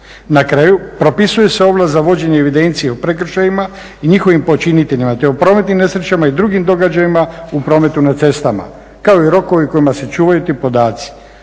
Na kraju propisuje se ovlast za vođenje evidencije o prekršajima i njihovim počiniteljima te o prometnim nesrećama i drugim događajima u prometu na cestama kao i rokovi kojima se čuvaju ti podaci.